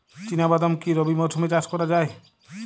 চিনা বাদাম কি রবি মরশুমে চাষ করা যায়?